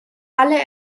alle